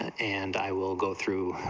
and i will go through,